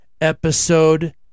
episode